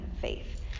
faith